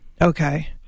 okay